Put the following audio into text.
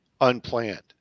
unplanned